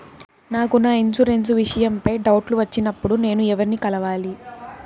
నాకు నా ఇన్సూరెన్సు విషయం పై డౌట్లు వచ్చినప్పుడు నేను ఎవర్ని కలవాలి?